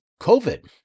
covid